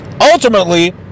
Ultimately